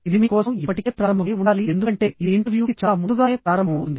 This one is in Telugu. ఇది మీ కోసం ఇప్పటికే ప్రారంభమై ఉండాలి ఎందుకంటే ఇది ఇంటర్వ్యూకి చాలా ముందుగానే ప్రారంభమవుతుంది